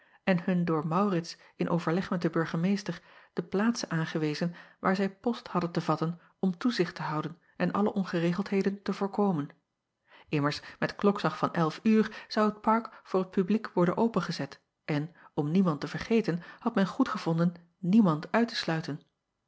en hun door aurits in overleg met den urgemeester de plaatsen aangewezen waar zij post hadden te vatten om acob van ennep laasje evenster delen toezicht te houden en alle ongeregeldheden te voorkomen mmers met klokslag van elf uur zou het park voor het publiek worden opengezet en om niemand te vergeten had men goedgevonden niemand uit te sluiten